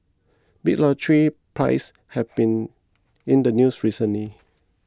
big lottery prizes have been in the news recently